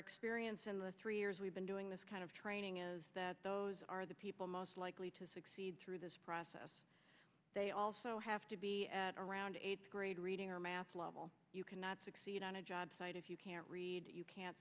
experience in the three years we've been doing this kind of training is that those are the people most likely to succeed through this process they also have to be at around eight grade reading or math level you cannot succeed on a job site if you can't read you can't